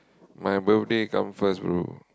my birthday come first bro